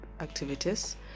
activities